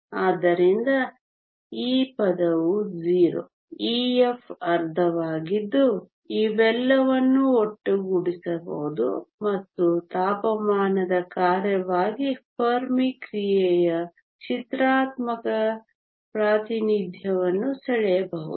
ಆದ್ದರಿಂದ ಈ ಪದವು 0 f ಅರ್ಧವಾಗಿದ್ದು ಇವೆಲ್ಲವನ್ನೂ ಒಟ್ಟುಗೂಡಿಸಬಹುದು ಮತ್ತು ತಾಪಮಾನದ ಕಾರ್ಯವಾಗಿ ಫೆರ್ಮಿ ಕ್ರಿಯೆಯ ಚಿತ್ರಾತ್ಮಕ ಪ್ರಾತಿನಿಧ್ಯವನ್ನು ಸೆಳೆಯಬಹುದು